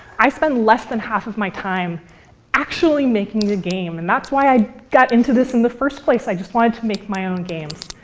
i spend less than half of my time actually making the game. and that's why i got into this in the first place i just wanted to make my own games.